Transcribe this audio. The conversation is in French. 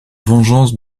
vengeance